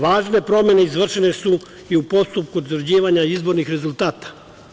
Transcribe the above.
Važne promene izvršene su i u postupku utvrđivanja izbornih rezultata.